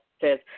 says